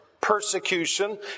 persecution